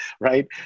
right